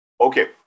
okay